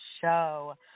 Show